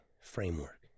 framework